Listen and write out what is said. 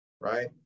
right